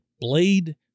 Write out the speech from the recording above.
blade